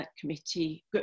Committee